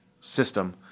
system